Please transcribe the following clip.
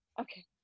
okay